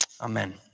amen